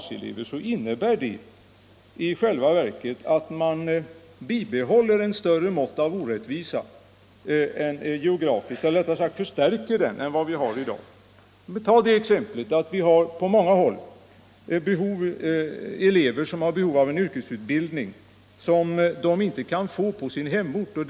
sieelever innebär i själva verket att man förstärker den geografiska orättvisa som finns i dag. Vi har t.ex. på många håll elever som har behov av en yrkesutbildning som de inte kan få på hemorten.